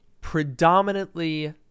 predominantly